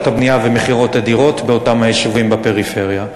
הבנייה ובמכירות הדירות באותם יישובים בפריפריה.